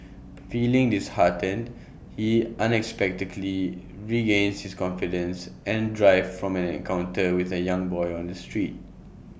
feeling disheartened he unexpectedly regains his confidence and drive from an encounter with A young boy on the street